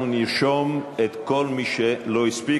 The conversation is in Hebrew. אנחנו נרשום את כל מי שלא הספיק,